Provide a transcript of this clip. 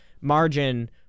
margin